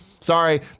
sorry